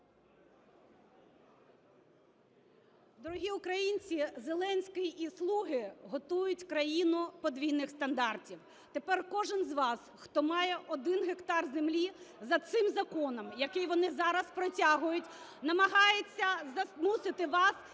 Дорогі українці, Зеленський і "слуги" готують країну подвійних стандартів. Тепер кожен з вас, хто має 1 гектар землі, за цим законом, який вони зараз протягують, намагаються змусити вас платити